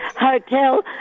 hotel